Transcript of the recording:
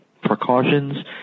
precautions